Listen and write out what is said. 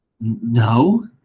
No